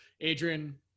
Adrian